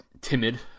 timid